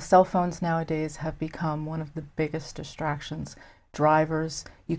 cell phones nowadays have become one of the biggest distractions drivers you